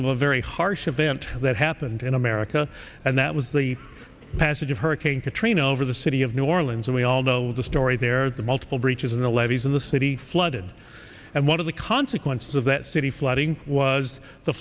a very harsh event that happened in america and that was the passage of hurricane katrina over the city of new orleans and we all know the story there the multiple breaches in the levees in the city flooded and one of the consequences of that city flooding was the